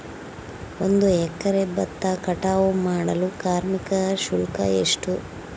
ಒಂದು ಎಕರೆ ಭತ್ತ ಕಟಾವ್ ಮಾಡಲು ಕಾರ್ಮಿಕ ಶುಲ್ಕ ಎಷ್ಟು?